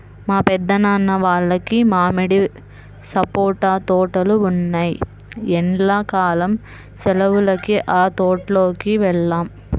మా పెద్దనాన్న వాళ్లకి మామిడి, సపోటా తోటలు ఉన్నాయ్, ఎండ్లా కాలం సెలవులకి ఆ తోటల్లోకి వెళ్తాం